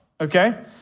okay